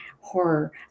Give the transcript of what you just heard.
horror